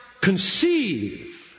conceive